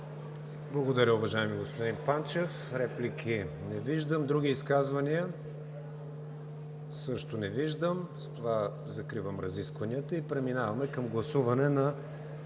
Благодаря Ви, уважаеми господин Панчев. Реплики? Няма. Други изказвания? Няма. С това закривам разискванията и преминаваме към гласуване на